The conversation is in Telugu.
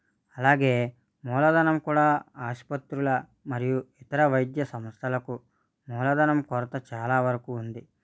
అలాగే మూలధనం కూడా ఆసుపత్రుల మరియు ఇతర వైద్య సమస్యలకు మూలధనం కొరత చాలా వరకు ఉంది